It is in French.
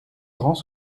grands